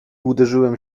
uderzyłem